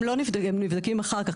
הם לא, הם נבדקים אחר כך.